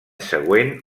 següent